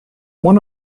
one